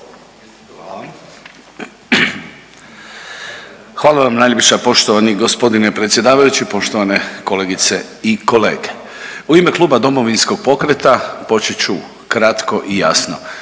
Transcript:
Hvala vam najljepša poštovani gospodine predsjedavajući, poštovane kolegice i kolege. U ime Kluba Domovinskog pokreta počet ću kratko i jasno.